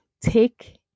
take